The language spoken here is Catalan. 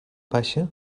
baixa